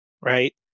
right